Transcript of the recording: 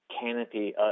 canopy